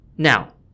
Now